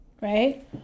right